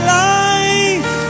life